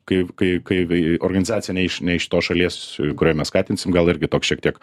kaip kai kai vi organizacija ne iš ne iš tos šalies kurią mes skatinsim gal irgi toks šiek tiek